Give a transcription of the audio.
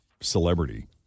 celebrity